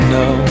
no